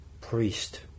priest